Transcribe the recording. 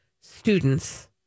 students